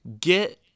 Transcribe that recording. get